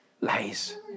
Lies